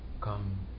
come